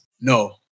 no